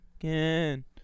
again